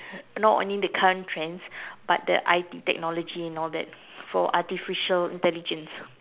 not only the current trends but the I_T technology and all that for artificial intelligence